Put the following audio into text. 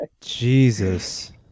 Jesus